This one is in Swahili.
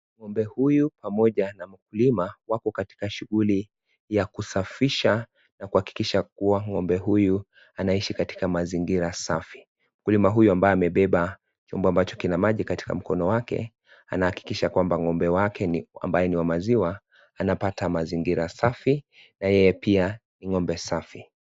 Ngombe huyu pamoja na mkulima wako katika shughuli ya kusafisha na kuhakikisha kuwa ngombe huyu anaishi katika mazingira safi. Mkulima huyu ambaye amebeba chombo ambacho kina maji katika mkono wake anahakikisha kwamba ngombe wake ambaye ni wa maziwa anapata mazingira safi na yeye pia ni safi.